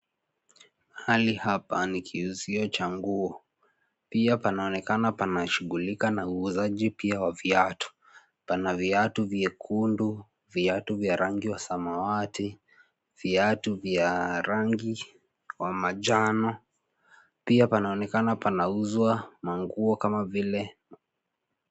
Hali hapa ni kiuzio cha nguo pia panaonekana panashughulika na uuzaji pia wa viatu. Pana viatu vyekundu, viatu vya rangi wa samawati, viatu vya rangi wa manjano. Pia panaonekana panauzwa manguo kama vile.